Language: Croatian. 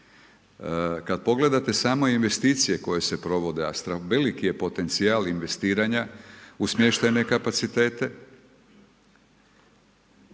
Kad pogledate samo investicije koje se provode a veliki je potencijal investiranja u smještajne kapacitete,